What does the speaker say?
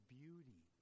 beauty